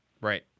Right